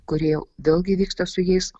kurie vėlgi vyksta su jais